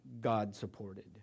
God-supported